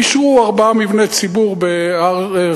אישרו ארבעה מבני ציבור בחומת-שמואל,